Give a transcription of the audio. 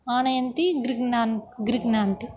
आनयन्ति गृग्नान् गृह्णान्ति